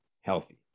healthy